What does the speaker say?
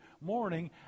morning